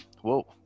whoa